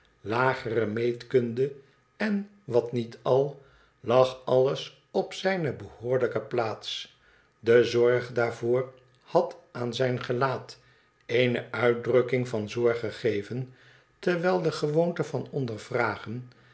lagere meetkunde en wat niet al lag alles op zijne behoorlijke plaats de zorg daarvoor had aan zijn gelaat eene uitdrukkmg van zorg gegeven terwijl de gewoonte van